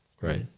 right